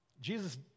Jesus